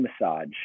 massage